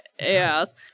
Yes